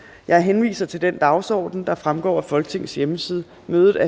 Jeg henviser til den dagsorden, der fremgår af Folketingets hjemmeside.